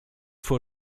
vor